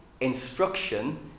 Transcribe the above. instruction